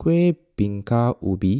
Kueh Bingka Ubi